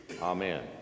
amen